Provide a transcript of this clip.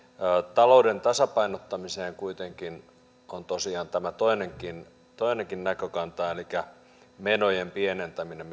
talouden tasapainottamiseen kuitenkin on tosiaan tämä toinenkin toinenkin näkökanta elikkä menojen pienentäminen